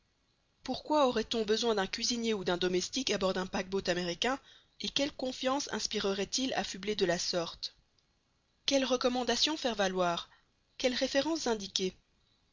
pourquoi aurait-on besoin d'un cuisinier ou d'un domestique à bord d'un paquebot américain et quelle confiance inspirerait il affublé de la sorte quelles recommandations faire valoir quelles références indiquer